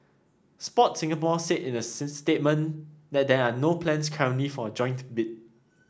Sport Singapore said in a statement that there are no plans currently for a joint bid